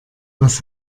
was